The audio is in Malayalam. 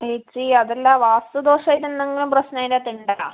ചേച്ചി അതല്ല വാസ്തു ദോഷം ആയിട്ട് എന്തെങ്കും പ്രശ്നം അതിനകത്ത് ഉണ്ടോ